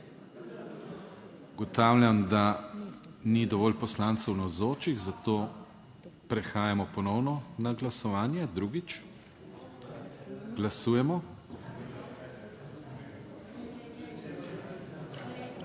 Ugotavljam, da ni dovolj poslancev navzočih, zato prehajamo ponovno na glasovanje. Drugič glasujemo.